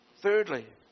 Thirdly